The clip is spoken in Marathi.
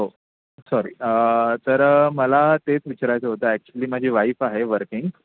हो सॉरी तर मला तेच विचारायचं होतं ॲक्च्युली माझी वाईफ आहे वर्किंग